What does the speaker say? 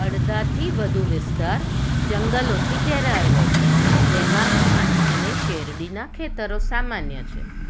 અડધાથી વધુ વિસ્તાર જંગલોથી ઘેરાયેલો છે જેમાં વાંસ અને શેરડીના ખેતરો સામાન્ય છે